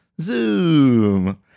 Zoom